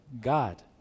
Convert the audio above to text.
God